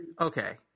okay